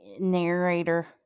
narrator